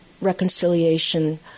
reconciliation